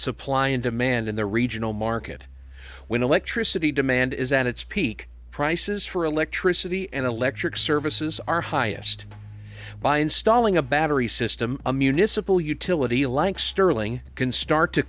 supply and demand in the regional market when electricity demand is at its peak prices for electricity and electric services are highest by installing a battery system a municipal utility like sterling can start to